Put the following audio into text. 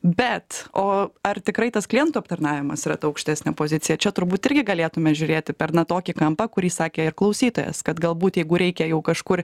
bet o ar tikrai tas klientų aptarnavimas yra ta aukštesnė pozicija čia turbūt irgi galėtume žiūrėti per na tokį kampą kurį sakė ir klausytojas kad galbūt jeigu reikia jau kažkur